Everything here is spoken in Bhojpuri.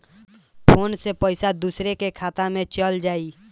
फ़ोन से पईसा दूसरे के खाता में चल जाई?